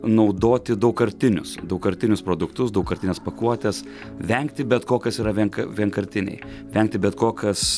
naudoti daugkartinius daugkartinius produktus daugkartines pakuotes vengti bet ko kas yra vienka vienkartiniai vengti bet ko kas